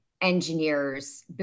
engineers